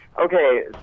Okay